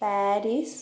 Paris